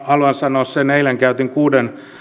haluan sanoa eilen käytin kuuden